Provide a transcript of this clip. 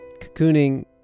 Cocooning